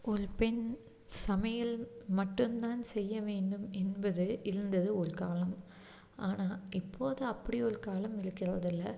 ஒரு பெண் சமையல் மட்டும் தான் செய்ய வேண்டும் என்பது இருந்தது ஒரு காலம் ஆனால் இப்போது அப்படி ஒரு காலம் இருக்கின்றது இல்லை